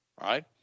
right